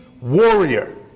warrior